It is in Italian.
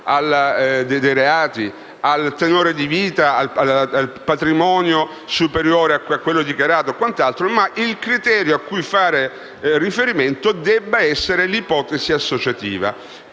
dei reati, al tenore di vita o al patrimonio superiore a quello dichiarato o a quant'altro. Il criterio a cui fare riferimento deve essere l'ipotesi associativa,